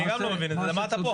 בשביל מה אתה פה?